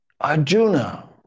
Arjuna